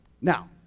Now